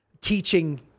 teaching